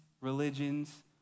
religions